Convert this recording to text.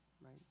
right